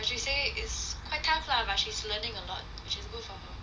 she say is quite tough lah but she's learning a lot she work from home